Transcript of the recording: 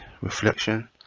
reflection